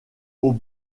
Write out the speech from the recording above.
aux